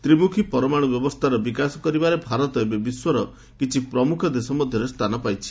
ତ୍ରିମୁଖୀ ପରମାଣୁ ବ୍ୟବସ୍ଥାର ବିକାଶ କରିବାରେ ଭାରତ ଏବେ ବିଶ୍ୱର କିଛି ପ୍ରମୁଖ ଦେଶ ମଧ୍ୟରେ ସ୍ଥାନ ପାଇଛି